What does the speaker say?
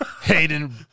Hayden